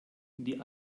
die